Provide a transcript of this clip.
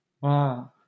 wow